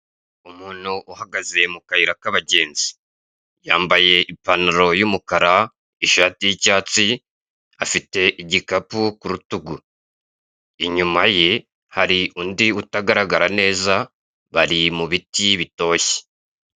Umuntu uhagaze mu kayira k'abagenzi yambaye ipantaro y'umukara, ishati y'icyatsi afite agakapu ku rutugu, inyuma ye hari undi utagaragara neza bari mu biti bitoshye.